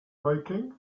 making